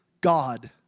God